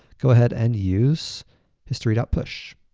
go ahead and use history push.